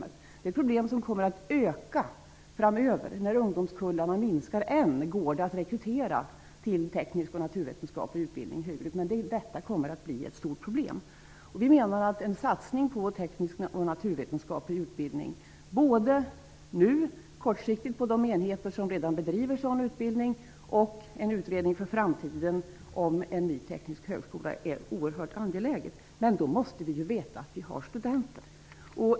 Det här problemet kommer att bli större framöver när ungdomskullarna minskar. Ännu går det att rekrytera till teknisk och naturvetenskaplig utbildning. Men här kommer vi att få se ett stort problem. En satsning på teknisk och naturvetenskaplig utbildning -- det gäller då kortsiktigt inom de enheter som redan bedriver sådan utbildning, men det gäller också en utredning för framtiden om en ny teknisk högskola -- är en oerhört angelägen sak. Men då måste vi veta att det finns studenter.